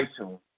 iTunes